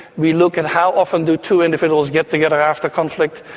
we look at how often do two individuals get together after conflict,